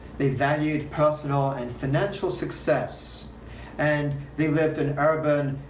they valued personal and financial success and they lived an urban,